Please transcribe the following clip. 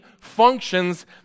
functions